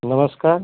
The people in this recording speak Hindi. नमस्कार